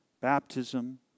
baptism